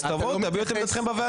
אז תבואו ותביעו את עמדתכם בוועדה.